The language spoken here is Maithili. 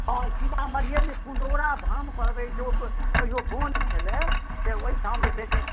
हँ सीतामढ़िएमे पुनौरा धाम कहबैत छै ओ कहिओ बोन छलै